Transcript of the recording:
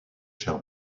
cher